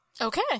Okay